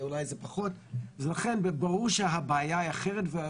אנחנו יוצאים עכשיו להתייעצות חשובה ואני רואה כבר מה יקרה אחר כך.